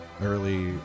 early